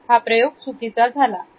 हा प्रयोग चुकीचा झाला